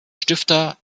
stifter